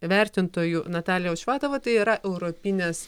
vertintojų natalija ošvatova tai yra europinės